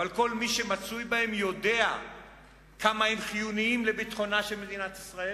אבל כל מי שמצוי בהם יודע כמה הם חיוניים לביטחונה של מדינת ישראל